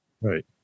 Right